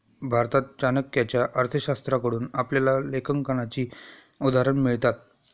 भारतात चाणक्याच्या अर्थशास्त्राकडून आपल्याला लेखांकनाची उदाहरणं मिळतात